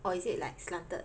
or is it like slanted